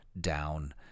down